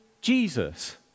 Jesus